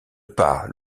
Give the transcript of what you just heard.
pas